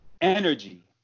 energy